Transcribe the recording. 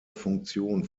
funktion